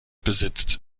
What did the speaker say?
besitzt